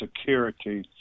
security